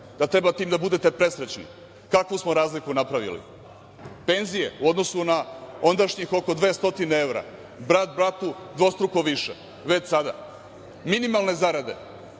da treba time da budete presrećni, kakvu smo mi razliku napravili. Penzije u odnosu ondašnjih 200 evra, brat, bratu dvostruko više, već sada. Minimalne zarade